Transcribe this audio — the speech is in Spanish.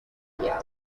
santiago